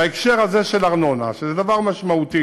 בהקשר הזה של ארנונה, שזה דבר משמעותי,